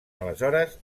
aleshores